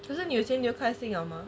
可是你有钱你就开心了吗